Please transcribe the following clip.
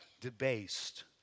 debased